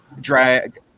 Drag